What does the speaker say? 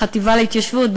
לחטיבה להתיישבות,